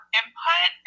input